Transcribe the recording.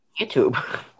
YouTube